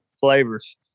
flavors